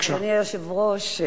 אדוני היושב-ראש,